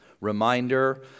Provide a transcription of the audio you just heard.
reminder